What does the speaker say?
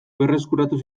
berreskuratu